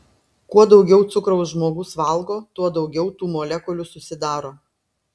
kuo daugiau cukraus žmogus valgo tuo daugiau tų molekulių susidaro